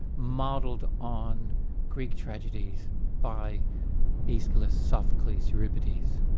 modelled on greek tragedies by aeschylus, sophocles, euripides.